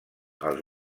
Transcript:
els